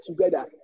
together